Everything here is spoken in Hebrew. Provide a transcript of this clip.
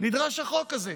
נדרש החוק הזה.